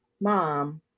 Mom